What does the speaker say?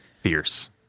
Fierce